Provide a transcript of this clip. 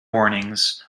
warnings